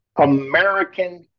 American